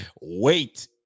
wait